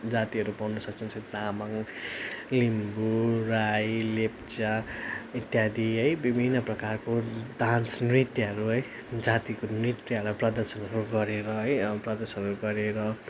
जातिहरू पाउन सक्छ जसरी तामाङ लिम्बु राई लेप्चा इत्यादि है विभिन्न प्रकारको डान्स नृत्यहरू है जातिको नृत्यहरू प्रदर्शनहरू गरेर है प्रदर्शनहरू गरेर